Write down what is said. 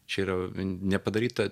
čia yra nepadaryta